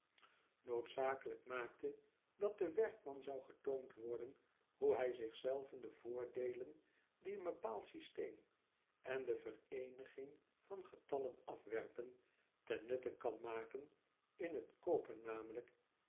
noodzakelijk maakte dat den werkman zou getoond worden hoe hij zich zei ven de voordeden die een bepaald systeem en de vereeniging van getallen afwerpen ten nutte kan maken in t koopen namelijk